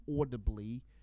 audibly